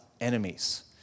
enemies